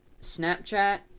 Snapchat